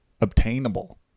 obtainable